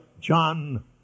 John